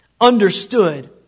understood